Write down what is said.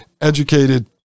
educated